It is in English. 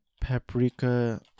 Paprika